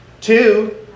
Two